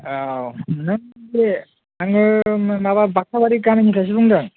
औ नों बे आङो माबा बाथाबारि गामिनिफ्रायसो बुंदों